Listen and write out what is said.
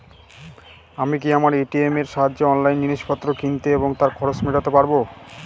আমি কি আমার এ.টি.এম এর সাহায্যে অনলাইন জিনিসপত্র কিনতে এবং তার খরচ মেটাতে পারব?